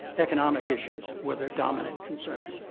economic issues were their dominant concern.